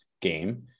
game